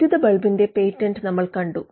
വൈദ്യുത ബൾബിന്റെ പേറ്റന്റ് നമ്മൾ കണ്ടു